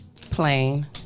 plain